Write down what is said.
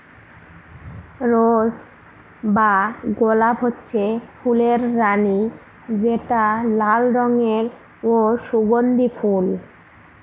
rose বা গলাপ হচ্ছে ফুলের রানী যেটা লাল রঙের ও সুগন্ধি ফুল